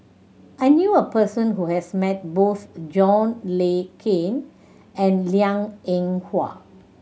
I knew a person who has met both John Le Cain and Liang Eng Hwa